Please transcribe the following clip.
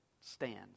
stands